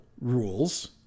rules